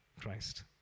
Christ